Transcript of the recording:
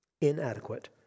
inadequate